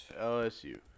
LSU